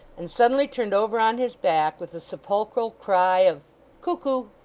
and suddenly turned over on his back with a sepulchral cry of cuckoo!